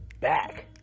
back